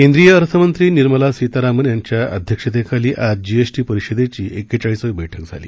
केंद्रीय अर्थमंत्री निर्मला सीतारामन यांच्या अध्यक्षतेखाली आज जीएसटी परिषदेची एकेचाळीसावी बैठक झाली